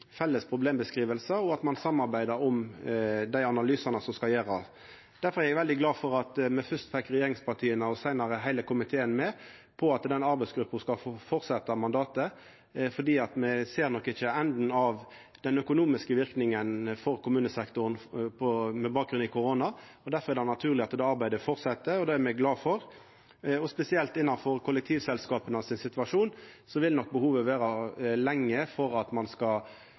samarbeider om dei analysane som skal gjerast. Eg er veldig glad for at me først fekk regjeringspartia og seinare heile komiteen med på at den arbeidsgruppa skal få fortsetja, for med bakgrunn i koronaen ser me ikkje enden av den økonomiske verknaden for kommunesektoren. Difor er det naturleg at det arbeidet fortset, og det er me glade for. Spesielt når det gjeld situasjonen til kollektivselskapa vil det vara lenge før me skal sjå etterverknadene, for me veit at